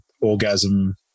orgasm